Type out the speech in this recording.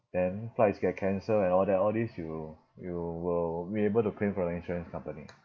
then flights get cancelled and all that all these you you will be able to claim from the insurance company